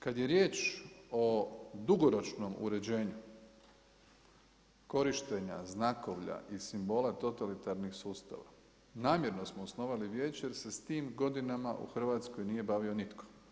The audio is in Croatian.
Kad je riječ o dugoročnom uređenju, korištenja znakova i simbola totalitarnih sustava, namjerno smo osnovali vijeće sa tim godinama u Hrvatskoj nije bavio nitko.